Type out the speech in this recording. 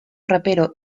rapero